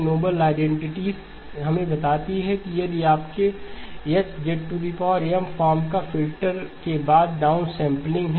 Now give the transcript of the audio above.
Nobel identities हमें बताती हैं कि यदि आपके H फॉर्म का फिल्टर के बाद डाउनसैंपलिंग है